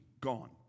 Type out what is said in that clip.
gone